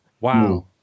Wow